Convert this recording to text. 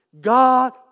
God